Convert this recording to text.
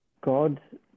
God